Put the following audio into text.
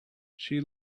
she